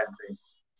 countries